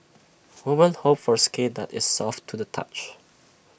women hope for skin that is soft to the touch